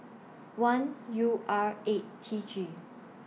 one U R eight T G